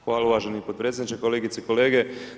Hvala uvaženi potpredsjedniče, kolegice i kolege.